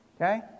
Okay